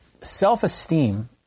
self-esteem